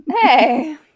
Hey